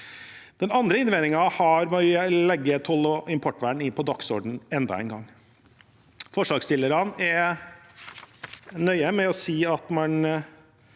Den andre innvendingen har å gjøre med å sette toll- og importvernet på dagsordenen enda en gang. Forslagsstillerne er nøye med å si at man